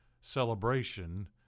celebration